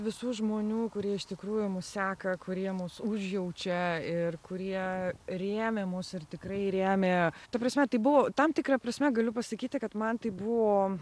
visų žmonių kurie iš tikrųjų mus seka kurie mus užjaučia ir kurie rėmė mus ir tikrai rėmė ta prasme tai buvo tam tikra prasme galiu pasakyti kad man tai buvo